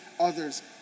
others